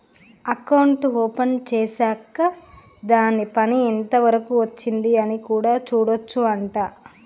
account open చేశాక్ దాని పని ఎంత వరకు వచ్చింది అని కూడా చూడొచ్చు అంట